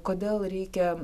kodėl reikia